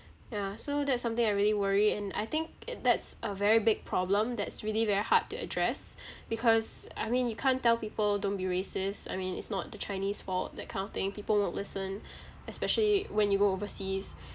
yeah so that's something I really worry and I think that's a very big problem that's really very hard to address because I mean you can't tell people don't be racist I mean it's not the chinese's fault that kind of thing people won't listen especially when you go overseas